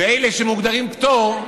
ואלה שמוגדרים פטור,